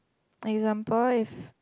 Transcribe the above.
example if